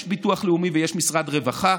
יש ביטוח לאומי ויש משרד רווחה,